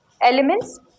elements